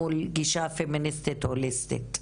מול גישה פמיניסטית הוליסטית,